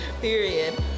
Period